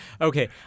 Okay